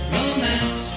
romance